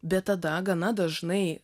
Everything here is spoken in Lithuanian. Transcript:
bet tada gana dažnai